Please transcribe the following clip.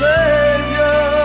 Savior